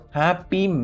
happy